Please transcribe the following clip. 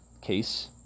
Case